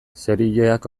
serieak